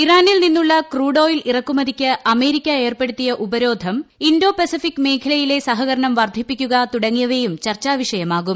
ഇറാനിൽ നിന്നുള്ള ക്രൂഡോയിൽ ഇറക്കുമതിക്ക് അമേരിക്ക ഏർപ്പെടുത്തിയ ഉപരോധം ഇന്തോ പെസഫിക് മേഖലയിലെ സഹകരണം വർദ്ധിപ്പിക്കുക തുടങ്ങിയവയും ചർച്ചാവിഷയമാകും